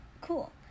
Cool